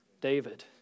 David